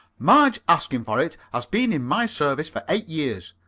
marge askinforit has been in my service for eight years.